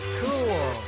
cool